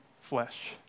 flesh